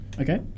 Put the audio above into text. Okay